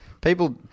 people